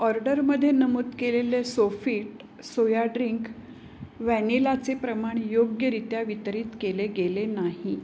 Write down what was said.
ऑर्डरमध्ये नमूद केलेले सोफिट सोया ड्रिंक व्हॅनिलाचे प्रमाण योग्यरित्या वितरित केले गेले नाही